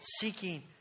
seeking